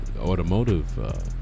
automotive